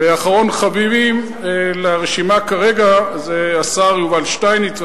ואחרון חביב לרשימה כרגע השר יובל שטייניץ,